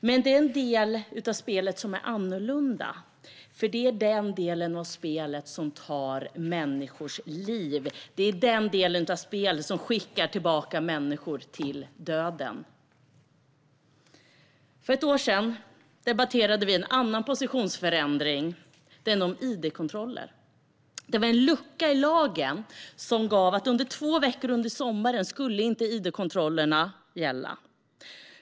Men det är en del av spelet som är annorlunda, för det är den del av spelet som tar människors liv. Det är den del av spelet som skickar tillbaka människor till döden. För ett år sedan debatterade vi en annan positionsförändring, den om id-kontroller. Det var en lucka i lagen som gjorde att id-kontrollerna inte skulle gälla under två veckor under sommaren.